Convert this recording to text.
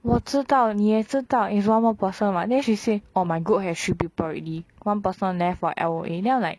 我知道你也知道 is one more person [what] then she say orh my group has three people already one person left for L_O_A then I'm like